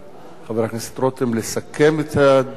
חבר הכנסת רותם לסכם את הדיון,